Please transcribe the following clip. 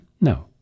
No